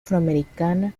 afroamericana